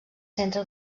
centre